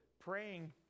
Praying